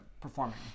performing